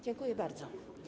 Dziękuję bardzo.